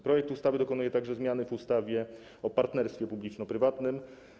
Projekt ustawy dokonuje także zmiany w ustawie o partnerstwie publiczno-prywatnym.